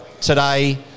today